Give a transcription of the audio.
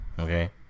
Okay